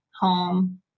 home